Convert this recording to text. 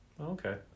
Okay